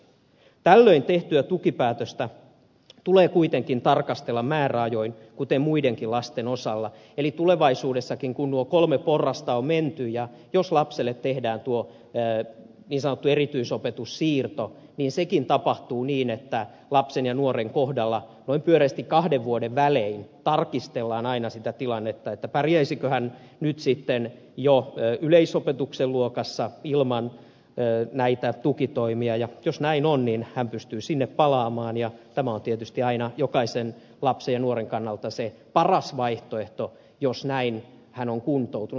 tällöin tehtyä tukipäätöstä tulee kuitenkin tarkastella määräajoin kuten muidenkin lasten osalla eli tulevaisuudessakin kun nuo kolme porrasta on menty jos lapselle tehdään tuo niin sanottu erityisopetussiirto niin sekin tapahtuu niin että lapsen ja nuoren kohdalla noin pyöreästi kahden vuoden välein tarkistellaan aina sitä tilannetta pärjäisikö hän nyt sitten jo yleisopetuksen luokassa ilman näitä tukitoimia ja jos näin on niin hän pystyy sinne palaamaan ja tämä on tietysti aina jokaisen lapsen ja nuoren kannalta se paras vaihtoehto jos näin hän on kuntoutunut